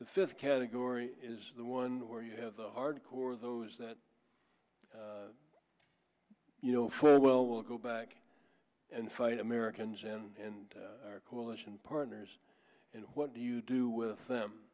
the fifth category is the one where you have the hardcore those that you know full well will go back and fight americans and our coalition partners and what do you do with them